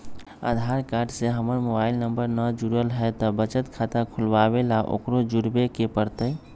आधार card से हमर mobile number न जुरल है त बचत खाता खुलवा ला उकरो जुड़बे के पड़तई?